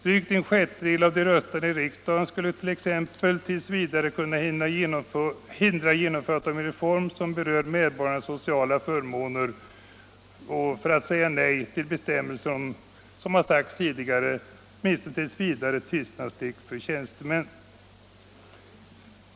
Drygt en sjättedel av de röstande i riksdagen skulle t.ex. tills vidare kunna hindra genomförandet av en reform som berör medbor garnas sociala förmåner genom att säga nej till en bestämmelse om tystnadsplikt för tjänstemän som skall administrera reformen.